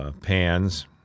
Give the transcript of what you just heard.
pans